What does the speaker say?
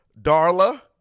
Darla